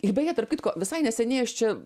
ir beje tarp kitko visai neseniai aš čia